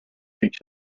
tricks